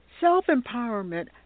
Self-empowerment